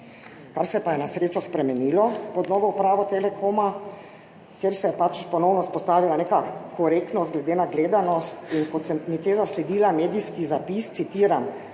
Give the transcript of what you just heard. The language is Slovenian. Kar se je pa na srečo spremenilo pod novo upravo Telekoma, kjer se je ponovno vzpostavila neka korektnost glede na gledanost. In kot sem nekje zasledila medijski zapis, citiram,